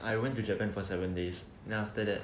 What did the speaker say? I went to japan for seven days then after that